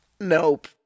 Nope